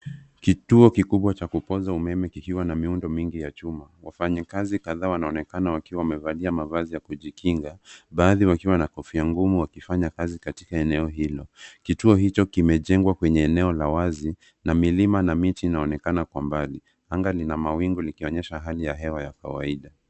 Kituo kikubwa cha kupoza umeme kikiwa na miundo mingi ya chuma. Wafanyakazi kadhaa wanaonekana wakiwa wamevalia mavazi ya kujikinga baadhi wakiwa na kofia ngumu wakifanya kazi latika eneo hilo. Kituo hicho kimejengwa kwenye eneo la wazi na milima na miti inaonekana kwa mbali. Anga lina mawingu likionyesha hali ya hewa ya kawaida.